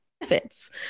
benefits